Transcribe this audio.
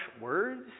words